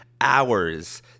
hours